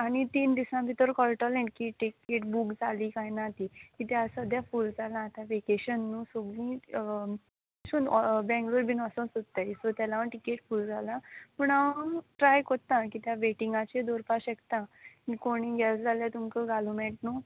आनी तीन दिसा भितर कळटोलें की टिकेट बूक जाली काय ना ती किद्या सद्द्यां फूल जालां आतां वेकेशन न्हू सोगलींत एश कोन ऑ बँगलोर बीन वोसो सोत्ताय सो ताका लागून टिकेट फूल जाला पूण हांव ट्राय कोत्ता कित्या वेटिंगाचेर दवरपा शेकता आनी कोणीय गेल जाल्या तुमक घालूं मेळटा णू